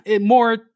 more